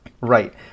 right